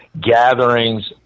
gatherings